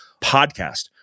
podcast